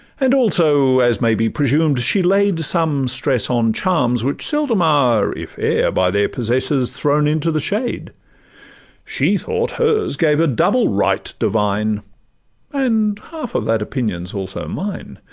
and also, as may be presumed, she laid some stress on charms, which seldom are, if e'er, by their possessors thrown into the shade she thought hers gave a double right divine and half of that opinion s also mine.